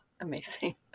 Amazing